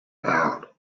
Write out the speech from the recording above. out